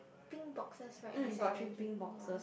pink boxes right beside the drink ya